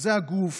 שזה הגוף